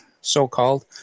so-called